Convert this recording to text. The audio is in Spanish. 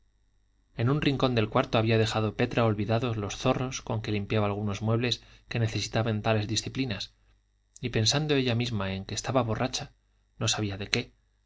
en un rincón del cuarto había dejado petra olvidados los zorros con que limpiaba algunos muebles que necesitaban tales disciplinas y pensando ella misma en que estaba borracha no sabía de qué